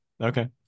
Okay